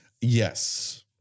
yes